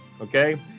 okay